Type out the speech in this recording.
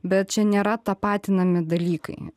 bet čia nėra tapatinami dalykai